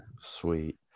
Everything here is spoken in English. sweet